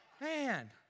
Man